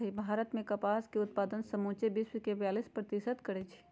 भारत मे कपास के उत्पादन समुचे विश्वके बेयालीस प्रतिशत करै छै